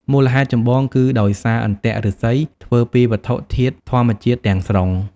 មូលហេតុចម្បងគឺដោយសារអន្ទាក់ឫស្សីធ្វើពីវត្ថុធាតុធម្មជាតិទាំងស្រុង។